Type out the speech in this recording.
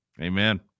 amen